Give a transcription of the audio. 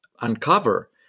Uncover